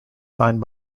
signed